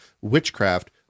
witchcraft